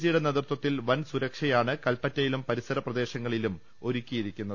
ജിയുടെ നേതൃത്വ ത്തിൽ വൻസുരക്ഷയാണ് കൽപറ്റയിലും പരിസര പ്രദേശങ്ങ ളിലും ഒരുക്കിയിരിക്കുന്നത്